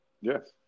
Yes